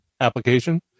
application